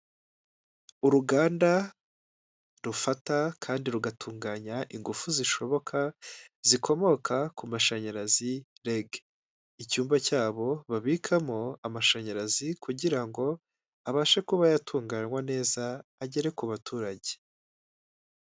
Uruganda rufata kandi rugatunganya ingufu zishoboka zikomoka ku mashanyarazi Rege icyumba cyabo babikamo amashanyarazi kugira ngo abashe kuba yatunganywa neza agere ku baturage.